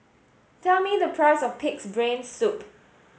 tell me the price of pig's brain soup